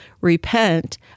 repent